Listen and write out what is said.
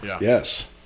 Yes